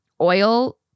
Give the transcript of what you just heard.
oil